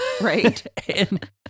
Right